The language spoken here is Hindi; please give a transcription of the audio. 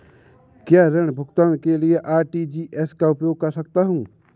क्या मैं ऋण भुगतान के लिए आर.टी.जी.एस का उपयोग कर सकता हूँ?